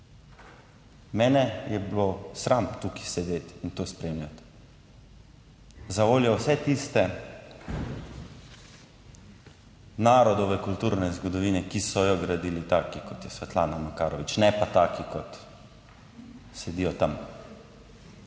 Mene je bilo sram tukaj sedeti in to spremljati zavoljo vse tiste narodove kulturne zgodovine, ki so jo gradili taki, kot je Svetlana Makarovič, ne pa taki, kot **60.